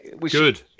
Good